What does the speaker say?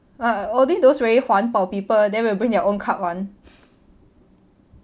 only those very 环保 people then will bring their own cup [one]